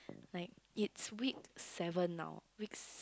like it's week seven now weeks